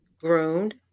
groomed